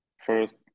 First